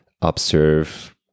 observe